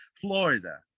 Florida